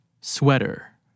sweater